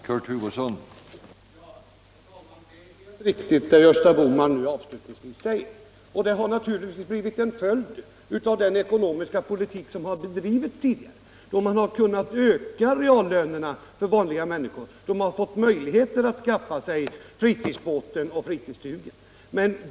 Herr talman! Det som Gösta Bohman nu avslutningsvis sade är alldeles riktigt. Det har naturligtvis blivit följden av den ekonomiska politik som bedrivits tidigare, då man kunnat öka reallönerna för vanliga människor så att de fått möjlighet att skaffa sig fritidsbåtar och fritidsstugor.